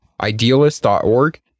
idealist.org